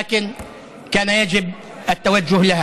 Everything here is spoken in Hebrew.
אבל לא היה מנוס מכך.